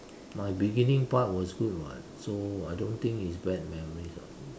my beginning part was good [what] so I don't think is bad memories ah